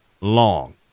long